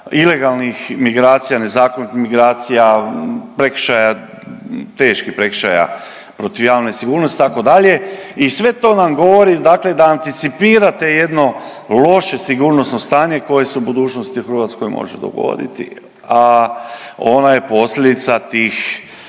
ilegalnih migracija, nezakonitih migracija, prekršaja, teških prekršaja protiv javne sigurnosti itd. i sve to nam govori dakle da anticipirate jedno loše sigurnosno stanje koje se u budućnosti u Hrvatskoj može dogoditi, a ona je posljedica tih,